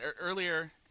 earlier